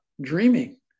dreaming